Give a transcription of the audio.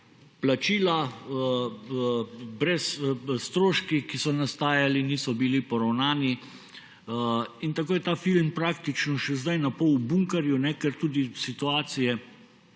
plačila, stroški, ki so nastajali, niso bili poravnani in tako je ta film praktično še zdaj napol v bunkerju, ker tudi situacija